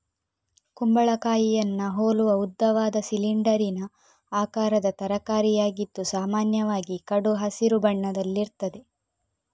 ಕುಂಬಳಕಾಯಿಯನ್ನ ಹೋಲುವ ಉದ್ದವಾದ, ಸಿಲಿಂಡರಿನ ಆಕಾರದ ತರಕಾರಿಯಾಗಿದ್ದು ಸಾಮಾನ್ಯವಾಗಿ ಕಡು ಹಸಿರು ಬಣ್ಣದಲ್ಲಿರ್ತದೆ